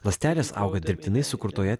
ląstelės auga dirbtinai sukurtoje